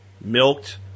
milked